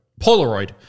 Polaroid